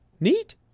Neat